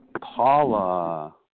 Paula